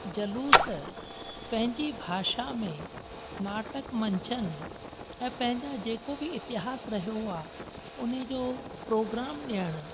जलूस पंहिंजी भाषा में नाटक मंचनि ऐं पंहिंजा जेको बि इतिहासु रहियो आहे उन जो प्रोग्राम ॾियणु